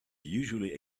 usually